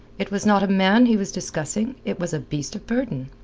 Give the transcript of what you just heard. it was not a man he was discussing it was a beast of burden.